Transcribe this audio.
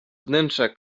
wnętrza